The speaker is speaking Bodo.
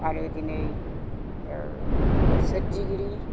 आरो दिनै सोरजिगिरि